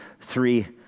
three